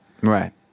Right